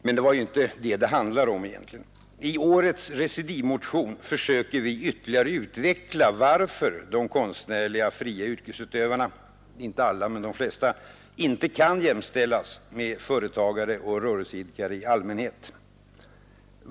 Men det är ju inte det saken handlar om egentligen. I årets recidivmotion försöker vi ytterligare utveckla varför de konstnärliga, fria yrkesutövarna — inte alla men de flesta — inte kan jämställas med företagare och rörelseidkare i allmänhet.